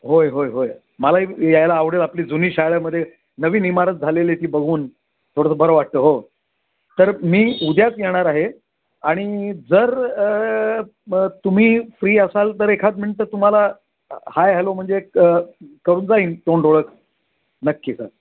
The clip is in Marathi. होय होय होय मलाही यायला आवडेल आपली जुनी शाळेमध्ये नवीन इमारत झालेली ती बघून थोडंसं बरं वाटतं हो तर मी उद्याच येणार आहे आणि जर तुम्ही फ्री असाल तर एखाद मिनटं तुम्हाला हाय हॅलो म्हणजे क करून जाईन तोंड ओळख नक्की सर